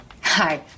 Hi